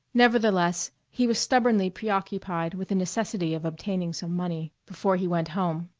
nevertheless, he was stubbornly preoccupied with the necessity of obtaining some money before he went home,